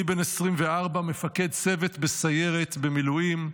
אני בן 24, מפקד צוות בסיירת במילואים,